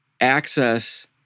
access